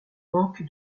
manque